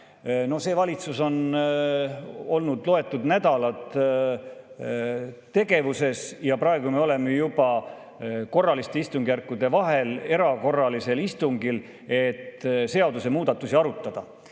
See valitsus on olnud loetud nädalad tegevuses ja praegu me oleme juba korraliste istungjärkude vahel erakorralisel istungil, et seadusemuudatusi arutada.